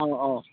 ꯑꯧ ꯑꯧ